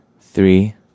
three